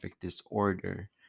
disorder